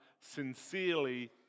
sincerely